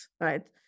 right